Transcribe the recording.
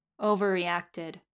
overreacted